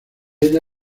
ella